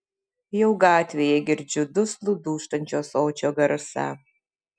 jau gatvėje girdžiu duslų dūžtančio ąsočio garsą